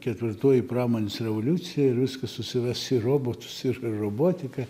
ketvirtoji pramonės revoliucija ir viskas susives į robotus ir robotiką